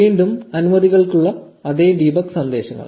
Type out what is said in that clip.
വീണ്ടും അനുമതികൾക്കുള്ള അതേ ഡീബഗ് സന്ദേശങ്ങൾ